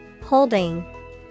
Holding